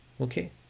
okay